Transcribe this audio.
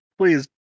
Please